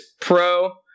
pro